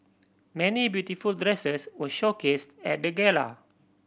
many beautiful dresses were showcased at the gala